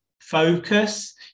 focus